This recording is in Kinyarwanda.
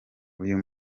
uyu